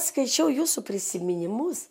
skaičiau jūsų prisiminimus